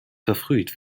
verfrüht